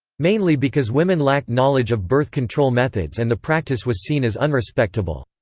mainly because women lacked knowledge of birth control methods and the practice was seen as unrespectable.